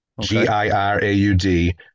G-I-R-A-U-D